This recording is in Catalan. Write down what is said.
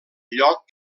lloc